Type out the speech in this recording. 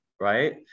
right